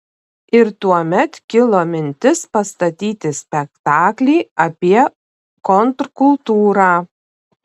ir tuomet kilo mintis pastatyti spektaklį apie kontrkultūrą